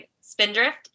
Spindrift